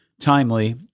timely